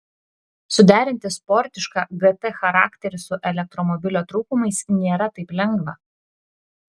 suderinti sportišką gt charakterį su elektromobilio trūkumais nėra taip lengva